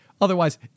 otherwise